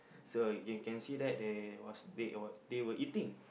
so you can see that they was they were they were eating